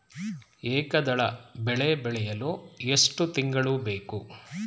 ಏಕದಳ ಬೆಳೆ ಬೆಳೆಯಲು ಎಷ್ಟು ತಿಂಗಳು ಬೇಕು?